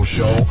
Show